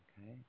Okay